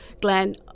Glenn